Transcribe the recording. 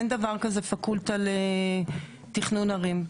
אין דבר כזה פקולטה לתכנון ערים,